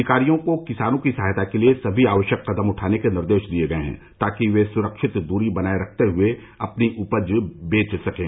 अधिकारियों को किसानों की सहायता के लिए सभी आवश्यक कदम उठाने के निर्देश दिए गए हैं ताकि वे सुरक्षित दूरी बनाए रखते हुए अपनी उपज बेच सकें